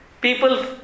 people